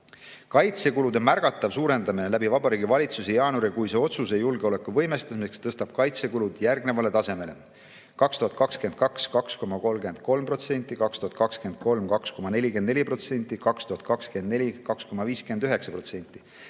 Kaitsekulude märgatav suurendamine Vabariigi Valitsuse jaanuarikuise otsusega julgeoleku võimestamiseks tõstab kaitsekulud järgmisele tasemele: 2022 – 2,33%, 2023 – 2,44%, 2024 – 2,59%.